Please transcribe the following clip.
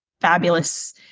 fabulous